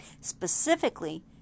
specifically